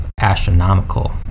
astronomical